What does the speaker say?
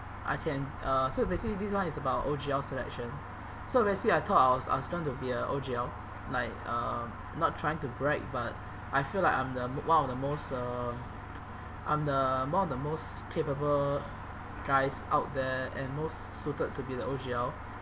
I can uh so basically this one is about O_G_L selection so basically I thought I was going to be a O_G_L like uh not trying to brag but I feel like I'm the m~ one of the most uh I'm the one of the most capable guys out there and most suited to be the O_G_L